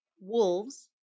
wolves